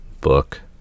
book